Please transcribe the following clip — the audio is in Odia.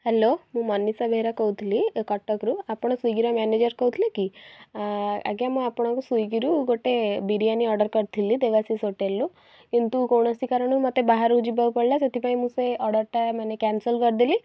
ହ୍ୟାଲୋ ମୁଁ ମନିଷା ବେହେରା କହୁଥିଲି କଟକରୁ ଆପଣ ସ୍ୱିଗି ର ମ୍ୟାନେଜର କହୁଥିଲେ କି ଆଜ୍ଞା ମୁଁ ଆପଣଙ୍କ ସ୍ୱିଗି ରୁ ଗୋଟେ ବିରିୟାନି ଅର୍ଡ଼ର କରିଥିଲି ଦେବାଶିଷ ହୋଟେଲରୁ କିନ୍ତୁ କୌଣସି କାରଣରୁ ମୋତେ ବାହାରକୁ ଯିବାକୁ ପଡ଼ିଲା ସେଥିପାଇଁ ମୁଁ ସେ ଅର୍ଡ଼ର ଟା ମାନେ କ୍ୟାନସେଲ କରିଦେଲି